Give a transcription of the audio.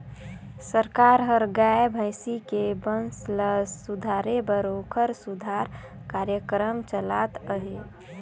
सरकार हर गाय, भइसी के बंस ल सुधारे बर ओखर सुधार कार्यकरम चलात अहे